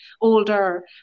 older